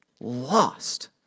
lost